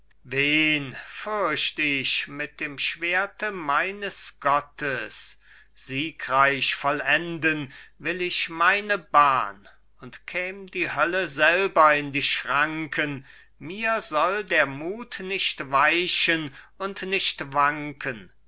fürcht ich mit dem schwerte meines gottes siegreich vollenden will ich meine bahn und käm die hölle selber in die schranken mir soll der mut nicht weichen und nicht wanken